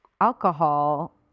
Alcohol